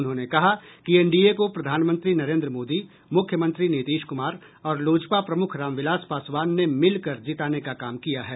उन्होंने कहा कि एनडीए को प्रधानमंत्री नरेंद्र मोदी मुख्यमंत्री नीतीश कुमार और लोजपा प्रमुख रामविलास पासवान ने मिलकर जिताने का काम किया है